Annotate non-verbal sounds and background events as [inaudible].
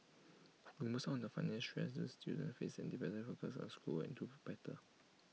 [noise] remove some of the financial stress these students face and they better focus on schoolwork and do better